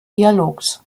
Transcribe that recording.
dialogs